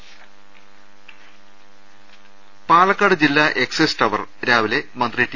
രദ്ദേഷ്ടങ പാലക്കാട് ജില്ലാ excise tower രാവിലെ മന്ത്രി ടി